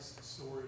story